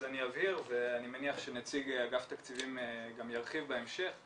אז אני אבהיר ואני מניח שנציג אגף תקציבים גם ירחיב בהמשך.